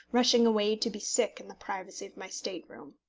rushing away to be sick in the privacy of my state room.